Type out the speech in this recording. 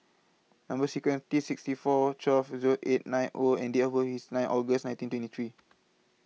Number sequence T sixty four twelve Zero eight nine O and Date of birth IS nine August nineteen twenty three